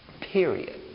Period